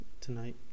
Tonight